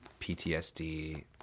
PTSD